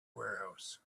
warehouse